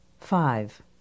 five